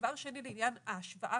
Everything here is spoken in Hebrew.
דבר שני, לעניין ההשוואה.